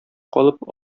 калып